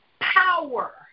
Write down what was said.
power